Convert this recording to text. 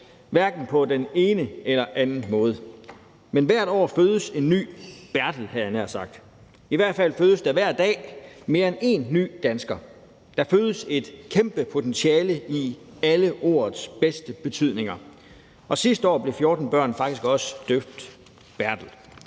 hverken på den ene eller den anden måde, men hvert år fødes der en ny Bertel – havde jeg nær sagt. Der fødes i hvert fald hver dag mere end én ny dansker. Der fødes et kæmpe potentiale i alle ordets bedste betydninger. Og sidste år blev 14 børn faktisk også døbt Bertel.